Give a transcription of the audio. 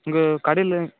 உங்கள் கடையில்